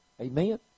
Amen